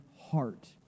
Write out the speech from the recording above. heart